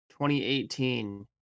2018